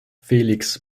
felix